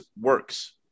works